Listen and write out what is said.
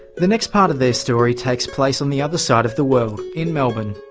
the next part of their story takes place on the other side of the world, in melbourne.